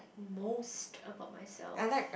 most about myself